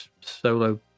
solo